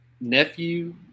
nephew